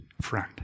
friend